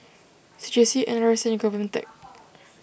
C J C N R I C and Govtech